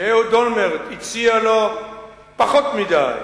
שאהוד אולמרט הציע לו פחות מדי